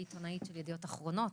היא עיתונאית בידיעות אחרונות